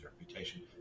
reputation